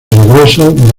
regreso